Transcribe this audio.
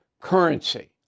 currency